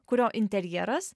kurio interjeras